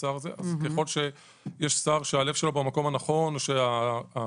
ככל שיש שר שהלב שלו במקום הנכון או החיבורים